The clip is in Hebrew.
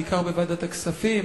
בעיקר בוועדת הכספים,